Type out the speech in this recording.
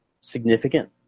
significant